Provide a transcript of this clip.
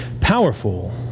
powerful